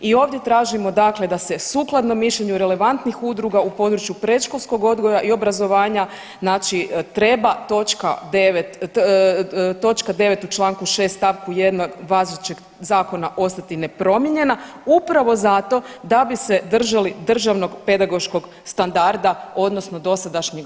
I ovdje tražimo dakle da se sukladno mišljenju relevantnih udruga u području predškolskog odgoja i obrazovanja, znači treba točka 9. u članku 6. stavku 1. važećeg zakona ostati nepromijenjena upravo zato da bi se držali državnog pedagoškog standarda odnosno dosadašnjeg